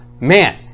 man